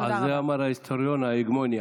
על זה אמר ההיסטוריון: ההגמוניה.